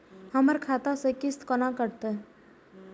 हमर खाता से किस्त कोना कटतै?